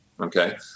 Okay